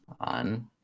on